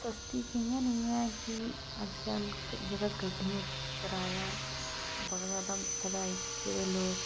सस्ती कियां नी ऐ कि अज्जकल जेह्का गड्डियें कराया बड़ा ज्यादा बधाई चुके दे लोक